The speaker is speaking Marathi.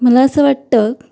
मला असं वाटतं